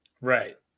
Right